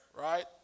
right